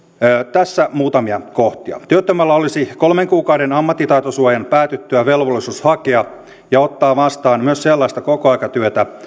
tässä muutamia kohtia työttömällä olisi kolmen kuukauden ammattitaitosuojan päätyttyä velvollisuus hakea ja ottaa vastaan myös sellaista kokoaikatyötä